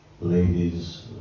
ladies